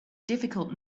difficult